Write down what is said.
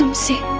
um see